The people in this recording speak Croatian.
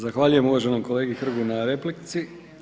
Zahvaljujem uvaženom kolegi Hrgu na replici.